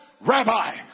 Rabbi